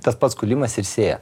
tas pats kūlimas ir sėja